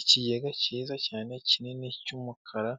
Ikigega cyiza cyane kinini cy'umukara